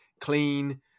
clean